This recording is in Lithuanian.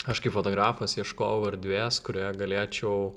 aš kaip fotografas ieškojau erdvės kurioje galėčiau